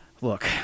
look